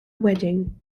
wedding